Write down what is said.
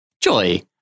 Joy